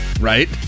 Right